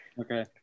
Okay